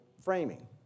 framing